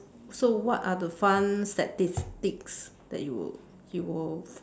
so what are the fun statistics that you will you will